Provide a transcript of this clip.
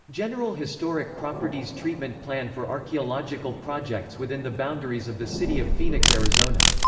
general historic properties treatment plan for archeological projects within the boundaries of the city of phoenix, arizona.